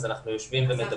אנחנו יושבים ומדברים.